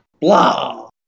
blah